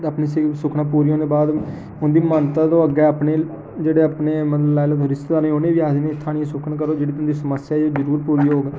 अपनी स्हेई सुक्खनां पूरियां होने दे बाद उं'दी मन्नत ऐ ओह् अग्गें अपने मतलब जेह्ड़े लाई लैओ रिश्तेदारें उ'नें बी आखदे सुक्खन करो जि'यां तुं'दी समस्या जरूर पूरी होग